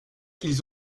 qu’ils